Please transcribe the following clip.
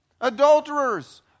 adulterers